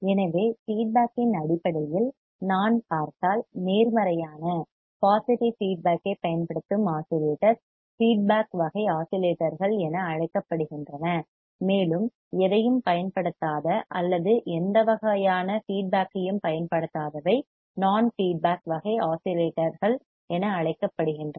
எனவே ஃபீட்பேக் இன் அடிப்படையில் நான் பார்த்தால் நேர்மறையான பாசிட்டிவ் ஃபீட்பேக் ஐப் பயன்படுத்தும் ஆஸிலேட்டர்ஸ் ஃபீட்பேக் வகை ஆஸிலேட்டர்கள் என அழைக்கப்படுகின்றன மேலும் எதையும் பயன்படுத்தாத அல்லது எந்த வகையான ஃபீட்பேக் ஐயும் பயன்படுத்தாதவை நான் ஃபீட்பேக் வகை ஆஸிலேட்டர்கள் என அழைக்கப்படுகின்றன